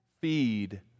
feed